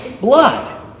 blood